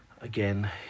Again